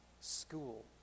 school